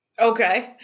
okay